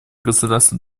государства